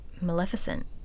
maleficent